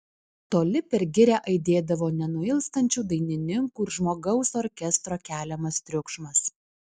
toli per girią aidėdavo nenuilstančių dainininkų ir žmogaus orkestro keliamas triukšmas